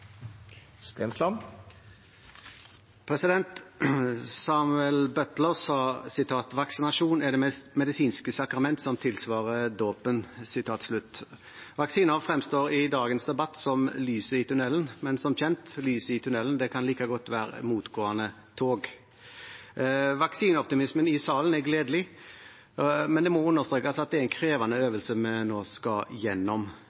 det medisinske sakrament som tilsvarer dåpen.» Vaksine fremstår i dagens debatt som lyset i tunnelen, men som kjent kan lyset i tunnelen like godt være motgående tog. Vaksineoptimismen i salen er gledelig, men det må understrekes at det er en krevende øvelse vi nå skal gjennom.